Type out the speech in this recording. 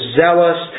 zealous